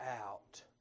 out